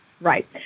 right